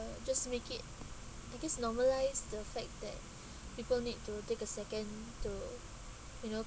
just make it it gets normalise the fact that people need to take a second to you know